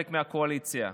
חלק מהקואליציה.